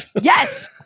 Yes